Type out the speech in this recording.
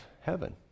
heaven